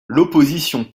l’opposition